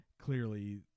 clearly